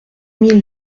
mille